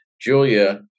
Julia